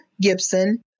Gibson